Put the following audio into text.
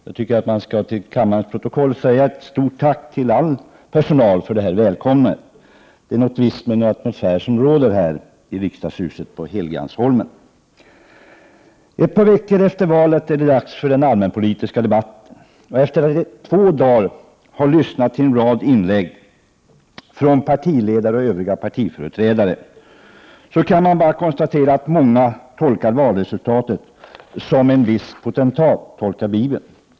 Jag vill till kammarens protokoll säga ett stort tack till all personal för detta välkomnande. Det är något visst med den atmosfär som råder här i riksdagshuset på Helgeandsholmen. Ett par veckor efter valet är det dags för den allmänpolitiska debatten. Efter att i två dagar ha lyssnat till en rad inlägg från partiledare och övriga partiföreträdare kan man bara konstatera att många tolkar valresultatet som en viss potentat tolkar bibeln.